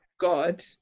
god